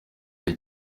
ari